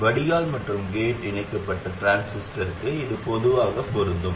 வடிகால் மற்றும் கேட் இணைக்கப்பட்ட டிரான்சிஸ்டருக்கு இது பொதுவாக பொருந்தும்